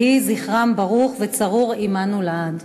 יהי זכרם ברוך וצרוּר עמנו לעד.